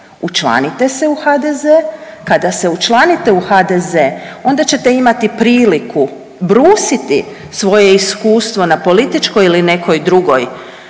učlanite se u HDZ. Kada se učlanite u HDZ onda ćete imati priliku brusiti svoje iskustvo na političkoj ili nekoj drugoj